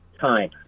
time